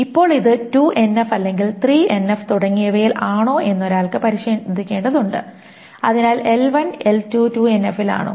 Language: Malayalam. ഇപ്പോൾ ഇത് 2NF അല്ലെങ്കിൽ 3NF തുടങ്ങിയവയിൽ ആണോ എന്നൊരാൾക്ക് പരിശോധിക്കേണ്ടതുണ്ട് അതിനാൽ L1 L1 2NF ൽ ആണോ